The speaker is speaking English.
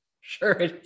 sure